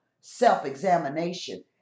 self-examination